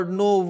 no